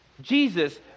Jesus